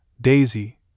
Daisy